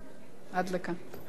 אני